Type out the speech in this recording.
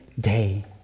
day